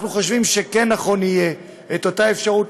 אנחנו חושבים שנכון יהיה לתת אפשרות